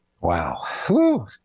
Wow